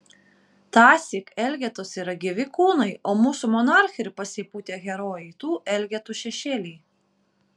tąsyk elgetos yra gyvi kūnai o mūsų monarchai ir pasipūtę herojai tų elgetų šešėliai